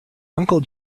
uncle